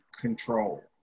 control